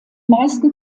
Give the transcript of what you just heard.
meisten